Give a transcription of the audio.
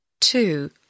two